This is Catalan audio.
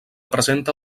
presenta